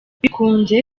bikunze